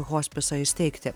hospisą įsteigti